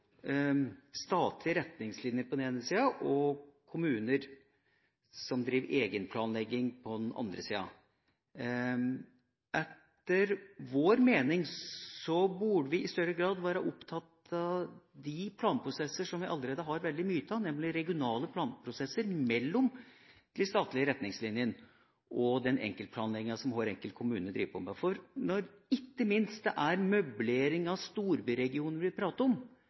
statlige retningslinjer på den ene siden og kommuner, som driver egenplanlegging, på den andre siden. Etter vår mening burde vi i større grad være opptatt av de planprosesser som vi allerede har veldig mye av, nemlig regionale planprosesser mellom de statlige retningslinjene og den enkeltplanlegginga som hver enkelt kommune driver på med. For ikke minst når det er møblering av storbyregioner vi prater om,